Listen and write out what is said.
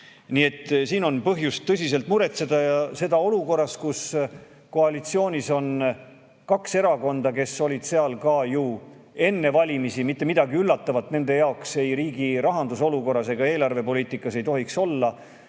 et siin on põhjust tõsiselt muretseda, ja seda olukorras, kus koalitsioonis on kaks erakonda, kes olid seal ju ka enne valimisi. Mitte midagi üllatavat nende jaoks ei riigi rahanduse olukorras ega eelarvepoliitikas ei tohiks olla.